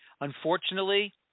Unfortunately